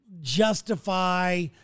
justify